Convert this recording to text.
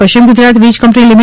પશ્ચિમ ગુજરાત વીજ કંપની લી